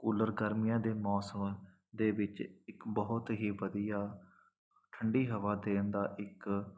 cooler ਗਰਮੀਆਂ ਦੇ ਮੌਸਮ ਦੇ ਵਿੱਚ ਇੱਕ ਬਹੁਤ ਹੀ ਵਧੀਆ ਠੰਡੀ ਹਵਾ ਦੇਣ ਦਾ ਇੱਕ